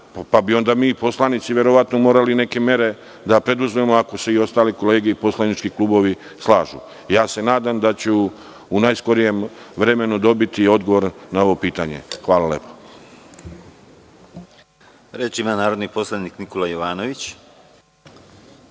Onda bi mi poslanici verovatno morali neke mere da preduzmemo ako se i ostale kolege i poslanički klubovi slažu. Nadam se da ću u najskorijem vremenu dobiti odgovor na ovo pitanje. Hvala lepo. **Konstantin Arsenović** Reč ima narodni poslanik Nikola Jovanović.